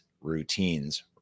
routines